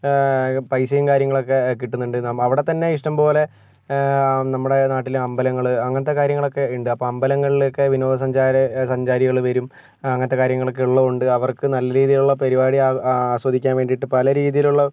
പൈസയും കാര്യങ്ങളൊക്കെ കിട്ടുന്നുണ്ട് അവിടെത്തന്നെ ഇഷ്ടം പോലെ നമ്മുടെ നാട്ടിൽ അമ്പലങ്ങൾ അങ്ങനത്തെ കാര്യങ്ങളൊക്കെ ഉണ്ട് അപ്പം അമ്പലങ്ങളിലൊക്കെ വിനോദസഞ്ചാര സഞ്ചാരികൾ വെരും അങ്ങനത്തെ കാര്യങ്ങളൊക്കെ ഉള്ളതു കൊണ്ട് അവർക്ക് നല്ല രീതിയിലുള്ള പരിപാടി ആ ആസ്വദിക്കാൻ വേണ്ടിയിട്ട് പല രീതിയിലുള്ള